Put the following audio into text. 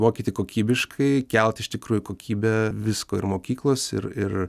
mokyti kokybiškai kelti iš tikrųjų kokybę visko ir mokyklos ir ir